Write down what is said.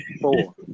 four